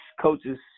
coaches